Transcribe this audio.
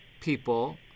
people